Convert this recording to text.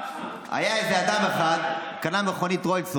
היה איזה אדם אחד, קנה מכונית רולס רויס.